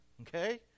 Okay